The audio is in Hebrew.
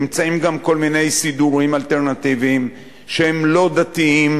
נמצאים גם כל מיני סידורים אלטרנטיביים שהם לא דתיים,